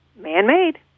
man-made